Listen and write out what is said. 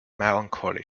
melancholy